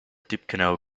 tippecanoe